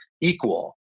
Equal